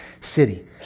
city